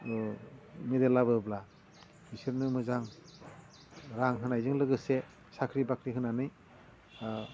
medal लाबोब्ला बिसोरनो मोजां रां होनायजों लोगोसे साख्रि बाख्रि होनानै